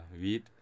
Weed